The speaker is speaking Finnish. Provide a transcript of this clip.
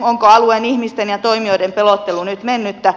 onko alueen ihmisten ja toimijoiden pelottelu nyt mennyttä